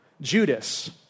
Judas